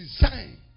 design